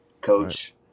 coach